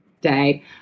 day